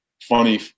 funny